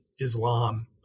Islam